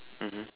mmhmm